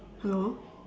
hello